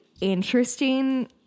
interesting